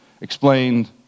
explained